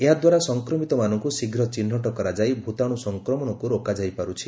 ଏହାଦ୍ୱାରା ସଂକ୍ରମିତମାନଙ୍କୁ ଶୀଘ୍ର ଚିହ୍ନଟ କରାଯାଇ ଭ୍ରତାଣୁ ସଂକ୍ରମଣକୁ ରୋକାଯାଇ ପାରୁଛି